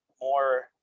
more